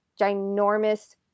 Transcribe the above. ginormous